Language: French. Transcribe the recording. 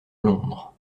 londres